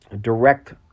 direct